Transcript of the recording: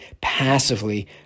passively